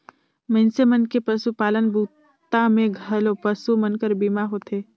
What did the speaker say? मइनसे मन के पसुपालन बूता मे घलो पसु मन कर बीमा होथे